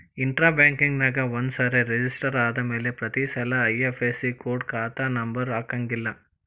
intra ಬ್ಯಾಂಕ್ನ್ಯಾಗ ಒಂದ್ಸರೆ register ಆದ್ಮ್ಯಾಲೆ ಪ್ರತಿಸಲ ಐ.ಎಫ್.ಎಸ್.ಇ ಕೊಡ ಖಾತಾ ನಂಬರ ಹಾಕಂಗಿಲ್ಲಾ